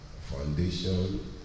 Foundation